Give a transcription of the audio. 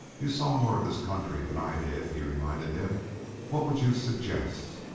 you saw more of this country than i did, he reminded him what would you suggest?